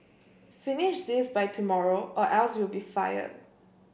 finish this by tomorrow or else you'll be fired